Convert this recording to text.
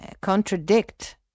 contradict